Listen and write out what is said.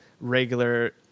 regular